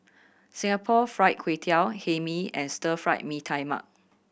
Singapore Fried Kway Tiao Hae Mee and Stir Fried Mee Tai Mak